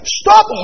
stop